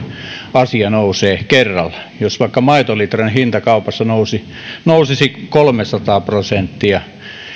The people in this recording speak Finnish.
asia nousee kerralla jos vaikka maitolitran hinta kaupassa nousisi kolmesataa prosenttia